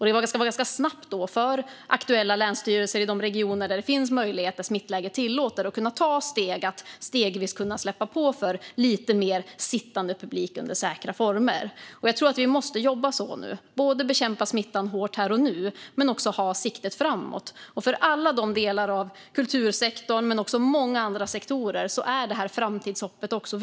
Det ska då gå snabbt för aktuella länsstyrelser i de regioner där det är möjligt, där smittläget tillåter, att stegvis släppa på för lite mer sittande publik under säkra former. Vi måste jobba så nu, det vill säga bekämpa smittan hårt här och nu och även ha siktet framåt. För alla de delar av kultursektorn och många andra sektorer är det framtidshoppet viktigt.